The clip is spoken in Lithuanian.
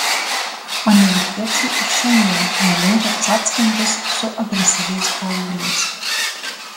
amerikiečiai ir šiandien nelinkę cackintis su agresyviais paaugliais